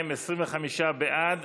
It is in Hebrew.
הן 25 בעד,